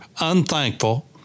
unthankful